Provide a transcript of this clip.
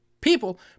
people